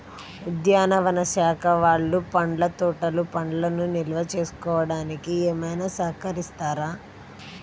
ఉద్యానవన శాఖ వాళ్ళు పండ్ల తోటలు పండ్లను నిల్వ చేసుకోవడానికి ఏమైనా సహకరిస్తారా?